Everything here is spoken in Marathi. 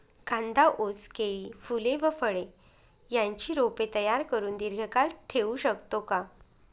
कांदा, ऊस, केळी, फूले व फळे यांची रोपे तयार करुन दिर्घकाळ ठेवू शकतो का?